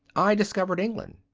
i discovered england.